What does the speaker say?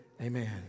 amen